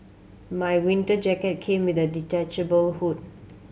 my winter jacket came with a detachable hood